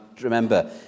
remember